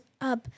up